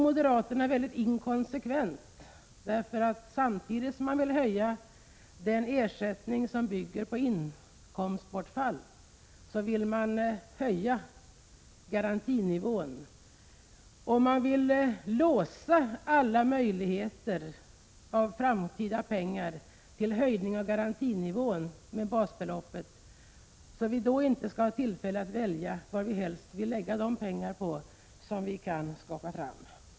Moderaterna är dessutom inkonsekventa. Samtidigt som de vill höja den ersättning som bygger på inkomstbortfall, vill de höja garantinivån. Och de vill låsa alla framtida möjligheter till extra pengar till höjning av garantinivån med basbeloppet. Då skulle vi inte ha tillfälle att välja vad vi helst vill lägga dessa pengar på, som vi eventuellt kan skaka fram.